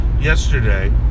yesterday